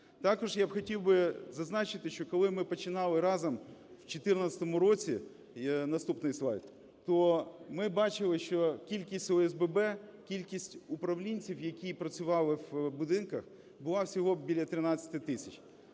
Також я хотів би зазначити, що, коли ми починали разом в 14-му році (наступний слайд), то ми бачили, що кількість ОСББ, кількість управлінців, які працювали в будинках, була всього біля 13 тисяч,